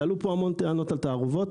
עלו פה המון טענות על תערובות.